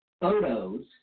photos